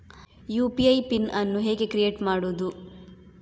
UPI PIN ಅನ್ನು ಹೇಗೆ create ಮಾಡುದು?